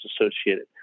associated